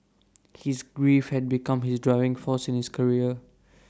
his grief had become his driving force in his career